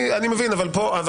אני מבין, אבל פה ומאחר